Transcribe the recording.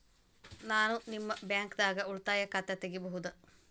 ನಾ ನಿಮ್ಮ ಬ್ಯಾಂಕ್ ದಾಗ ಉಳಿತಾಯ ಖಾತೆ ತೆಗಿಬಹುದ?